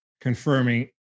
confirming